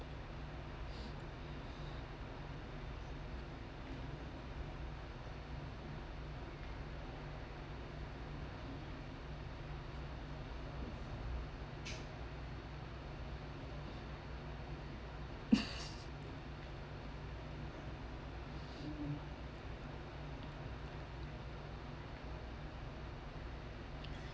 mm